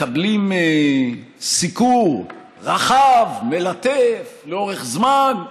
מקבלים סיקור רחב, מלטף, לאורך זמן,